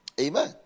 Amen